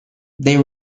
they